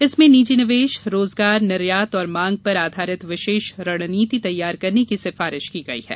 इसमें निजी निवेश रोजगार निर्यात और मांग पर आधारित विशेष रणनीति तैयार करने की सिफारिश की गई है